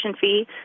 fee